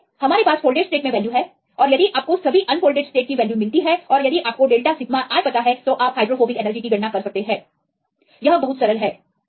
इसलिए हमारे पास फोल्डेड स्टेट में वैल्यू है और यदि आपको सभी अनफोल्डेड स्टेट की वैल्यू मिलती है और यदि आपको डेल्टा सिग्मा i पता है तो आप हाइड्रोफोबिक फ्री एनर्जी की गणना कर सकते हैं यह बहुत ही सरल है